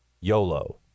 YOLO